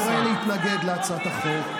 אני קורא להתנגד להצעת החוק.